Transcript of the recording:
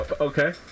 Okay